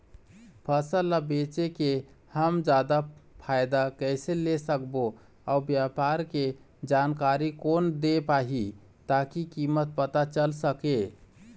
फसल ला बेचे के हम जादा फायदा कैसे ले सकबो अउ व्यापार के जानकारी कोन दे पाही ताकि कीमत पता चल सके?